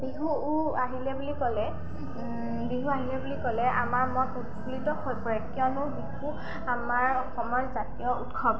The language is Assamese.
বিহু আহিলে বুলি ক'লে বিহু আহিলে বুলি ক'লে আমাৰ মন উৎফুল্লিত হৈ পৰে কিয়নো বিহু আমাৰ অসমৰ জাতীয় উৎসৱ